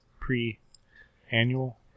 pre-annual